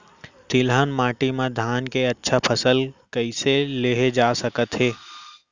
तिलहन माटी मा धान के अच्छा फसल कइसे लेहे जाथे सकत हे?